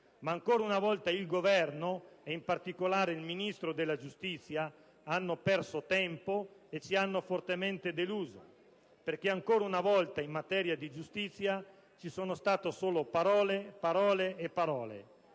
Ma ancora una volta il Governo, e in particolare il Ministro della giustizia, ha perso tempo e ci ha fortemente deluso, perché ancora una volta, in materia di giustizia, ci sono state solo parole, parole e parole.